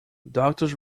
doctors